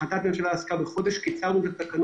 החלטת הממשלה דיברה על חודש, ואני